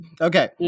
Okay